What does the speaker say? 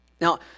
Now